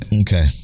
Okay